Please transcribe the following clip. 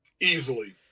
easily